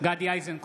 גדי איזנקוט,